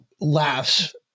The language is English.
laughs